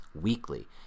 weekly